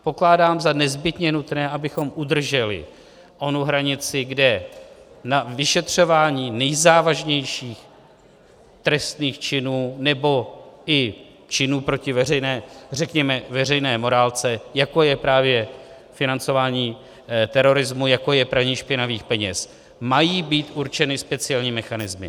Pokládám za nezbytně nutné, abychom udrželi onu hranici, kde na vyšetřování nejzávažnějších trestných činů nebo i činů proti, řekněme, veřejné morálce, jako je právě financování terorismu, jako je praní špinavých peněz, mají být určeny speciální mechanismy.